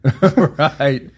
Right